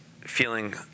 feeling